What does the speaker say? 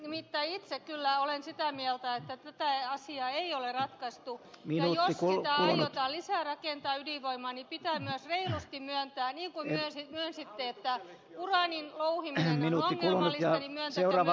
nimittäin itse kyllä olen sitä mieltä että tätä asiaa ei ole ratkaistu ja jos ydinvoimaa aiotaan rakentaa lisää niin pitää myös reilusti myöntää niin kuin myönsitte että uraanin louhiminen on ongelmallista